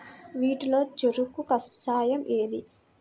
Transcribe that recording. వీటిలో చెరకు కషాయం ఏది?